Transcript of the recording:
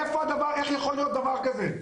איך יכול להיות דבר כזה?